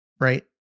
right